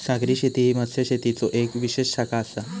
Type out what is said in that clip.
सागरी शेती ही मत्स्यशेतीचो येक विशेष शाखा आसा